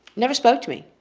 never spoke to me,